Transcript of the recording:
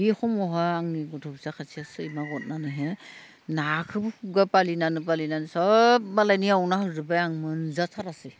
बियो समावहा आंनि गथ' फिसा सासे सैमा अरनानैहाय नाखौ खुगा बालिनानै बालिनानै सब मालायनियाव हमना हरजोब्बाय आं मोनजाथारासै